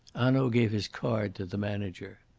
hanaud gave his card to the manager.